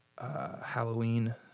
Halloween